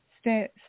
Stay